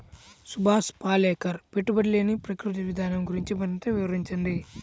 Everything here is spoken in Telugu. సుభాష్ పాలేకర్ పెట్టుబడి లేని ప్రకృతి విధానం గురించి మరింత వివరించండి